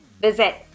Visit